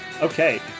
Okay